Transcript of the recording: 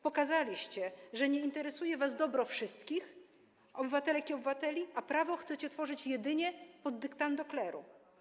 Pokazaliście, że nie interesuje was dobro wszystkich obywatelek i obywateli, a prawo chcecie tworzyć jedynie pod dyktando kleru.